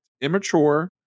immature